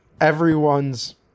everyone's